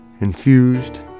infused